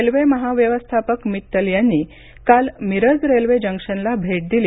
railway महाव्यवस्थापक मित्तल यांनी काल मिरज रेल्वे जंक्शनला भेट दिली